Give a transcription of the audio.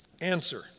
Answer